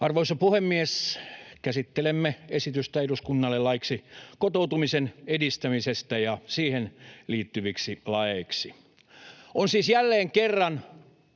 Arvoisa puhemies! Käsittelemme esitystä eduskunnalle laiksi kotoutumisen edistämisestä ja siihen liittyviksi laeiksi. On siis jälleen kerran